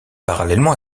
parallèlement